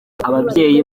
ababyeyi